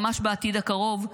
ממש בעתיד הקרוב,